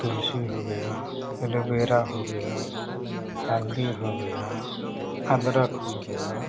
जैसे तुलसी हो गया एलोवीरा हो गया हल्दी हो गया अदरक हो गया